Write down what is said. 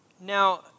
Now